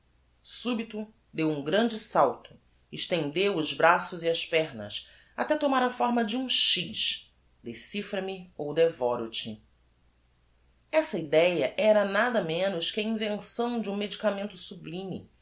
contemplal a subito deu um grande salto estendeu os braços e as pernas até tomar a fórma de um x decifra me ou devoro te essa idéa era nada menos que a invenção de um medicamento sublime